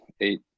eight